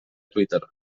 twitter